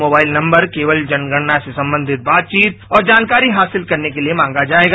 mobile number केवल जनगणना से संबंधित बातचीत और जानकारी हासिल करने के लिए मांगा जाएगा